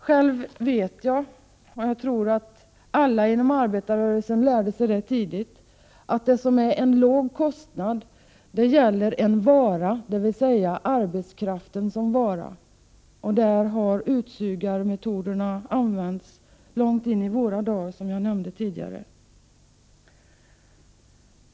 Själv vet jag — och jag tror att alla inom arbetarrörelsen lärde sig det tidigt — att det som är en låg kostnad gäller en vara, dvs. arbetskraften som vara. Och i det sammanhanget har utsugarmetoderna använts långt in i våra dagar, som jag nämnde tidigare.